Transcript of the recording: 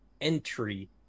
entry